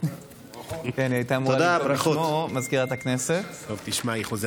זה נוסח הצהרת האמונים: "אני מתחייב